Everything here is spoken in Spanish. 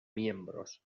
miembros